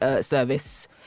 service